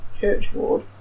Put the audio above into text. Churchward